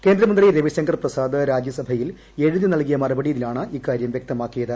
കേന്ദ്ര മന്ത്രി രവിശങ്കർ പ്രസാദ് രാജ്യസഭയിൽ എഴുതി നൽകിയ മറുപടിയിലാണ് ഇക്കാരൃം വൃക്തമാക്കിയത്